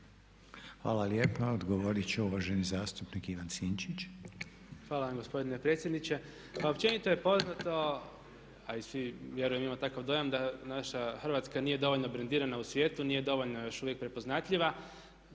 Hvala lijepa, odgovoriti će uvaženi zastupnik Ivan Sinčić. **Sinčić, Ivan Vilibor (Živi zid)** Hvala vam gospodine predsjedniče. Pa općenito je poznato a i svi, vjerujem imam takav dojam da naša Hrvatska nije dovoljno brendirana u svijetu, nije dovoljno još uvijek prepoznatljiva.